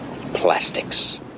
Plastics